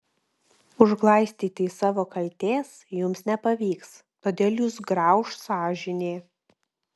užglaistyti savo kaltės jums nepavyks todėl jus grauš sąžinė